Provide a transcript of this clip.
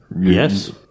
Yes